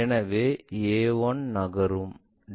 எனவே a1 நகரும்